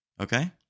Okay